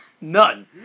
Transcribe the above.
None